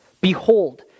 Behold